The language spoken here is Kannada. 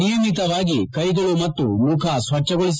ನಿಯಮಿತವಾಗಿ ಕೈಗಳು ಮತ್ತು ಮುಖ ಸ್ವಚ್ಟಗೊಳಿಸಿ